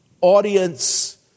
audience